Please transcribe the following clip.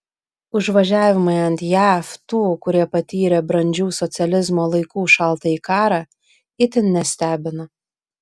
užvažiavimai ant jav tų kurie patyrė brandžių socializmo laikų šaltąjį karą itin nestebina